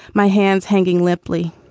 my hands hanging limply.